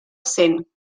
cent